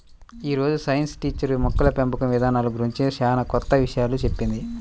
యీ రోజు science teacher మొక్కల పెంపకం ఇదానాల గురించి చానా కొత్త విషయాలు చెప్పింది